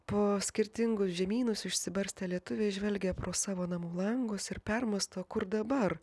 po skirtingus žemynus išsibarstę lietuviai žvelgia pro savo namų langus ir permąsto kur dabar